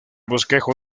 bosquejo